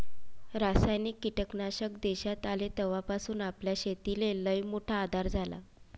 रासायनिक कीटकनाशक देशात आले तवापासून आपल्या शेतीले लईमोठा आधार झाला